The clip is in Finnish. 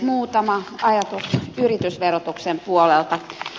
muutama ajatus yritysverotuksen puolelta